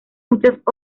muchas